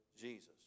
Jesus